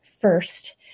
first